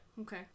Okay